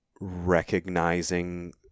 recognizing